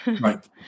Right